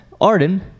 Arden